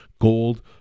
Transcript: gold